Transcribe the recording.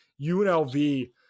UNLV